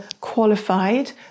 qualified